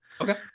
Okay